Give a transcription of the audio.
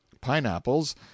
pineapples